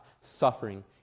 suffering